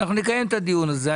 אנחנו נקיים את הדיון הזה.